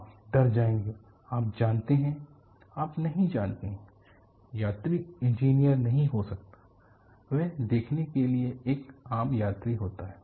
आप डर जाएंगे आप जानते हैं आप नहीं जानते हैं यात्री इंजीनियर नहीं हो सकता है वह देखने के लिए एक आम यात्री होता है